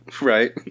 Right